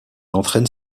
entraîne